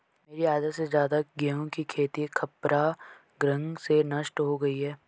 मेरी आधा से ज्यादा गेहूं की खेती खपरा भृंग से नष्ट हो गई